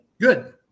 Good